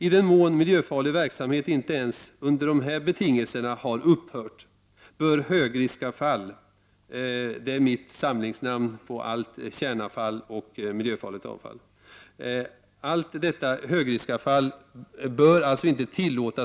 I den mån miljöfarlig verksamhet inte ens under dessa betingelser har upphört bör man inte tillåta att högriskavfall — det är mitt samlingsnamn på allt kärnavfall och miljöfarligt avfall —